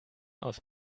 aus